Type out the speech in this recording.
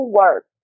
work